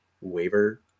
waiver